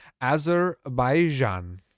Azerbaijan